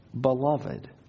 beloved